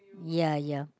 yeah yeah